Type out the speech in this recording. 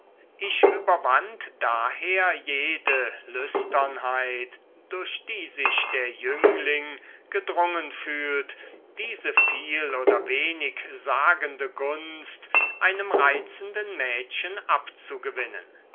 ich überwand daher jede lüsternheit durch die sich der jüngling gedrungen fühlt diese viel oder wenig sagende gunst einem reizenden mädchen abzugewinnen